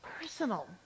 personal